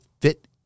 fit